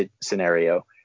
scenario